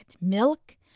milk